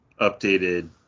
updated